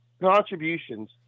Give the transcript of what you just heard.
contributions